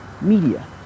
media